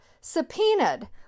subpoenaed